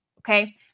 okay